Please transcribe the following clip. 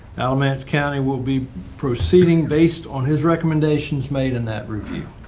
alamance county will be proceeding based on his recommendations made in that review.